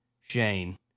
Shane